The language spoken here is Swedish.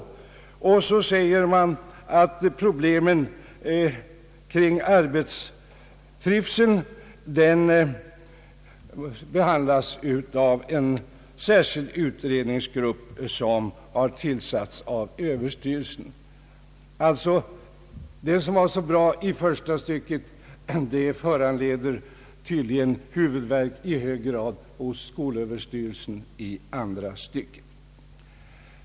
Därefter omtalar man att problemen kring arbetstrivseln behandlas av en särskild utredningsgrupp tillsatt av överstyrelsen. Det som var så bra i det första stycket föranleder tydligen i hög grad huvudvärk hos skolöverstyrelsen i det andra stycket.